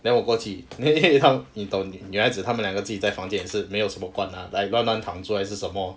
then 我过去 then 因为你懂女孩子她们两个自己在房间是没有什么管 lah like 乱乱躺住还是什么